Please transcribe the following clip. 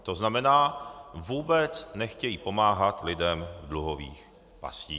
To znamená, vůbec nechtějí pomáhat lidem v dluhových pastích.